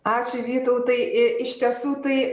ačiū vytautai iš tiesų tai